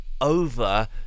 over